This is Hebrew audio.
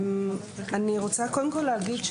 אני רוצה קודם כל להגיד,